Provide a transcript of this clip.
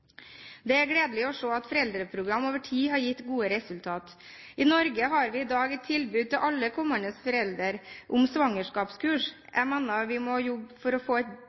Det er gledelig å se at foreldreprogram over tid har gitt gode resultat. I Norge har vi i dag et tilbud til alle kommende foreldre om svangerskapskurs. Jeg mener vi må jobbe for å få et